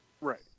Right